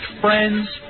friends